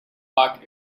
park